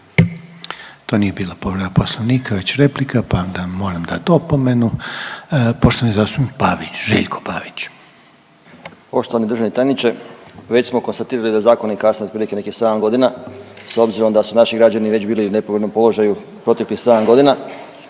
To nije bila povreda poslovnika već replika, pa vam moram dat opomenu. Poštovani zastupnik Pavić, Željko Pavić. **Pavić, Željko (Socijaldemokrati)** Poštovani državni tajniče, već smo konstatirali da zakoni kasne otprilike nekih 7.g. s obzirom da su naši građani već bili u nepovoljnom položaju proteklih 7.g..